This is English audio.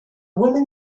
woman